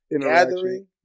gathering